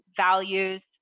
values